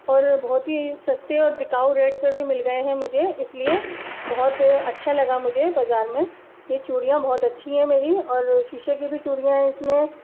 اور بہت ہی سستے اور ٹکاؤ ریٹ پر بھی مل گئے ہیں مجھے اس لیے بہت اچھا لگا مجھے بازار میں یہ چوڑیاں بہت اچھی ہیں میری اور شیشے کی بھی چوڑیاں ہیں اس میں